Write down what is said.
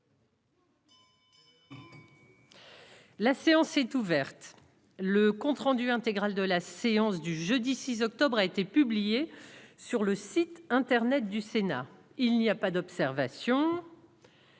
La séance est ouverte le compte-rendu intégral de la séance du jeudi 6 octobre a été publié sur le site internet du Sénat : il n'y a pas d'observation.